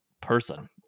person